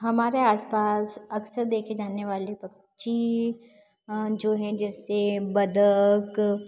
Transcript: हमारे आसपास अक्सर देखे जाने वाले पक्षी जो हैं जैसे बत्तख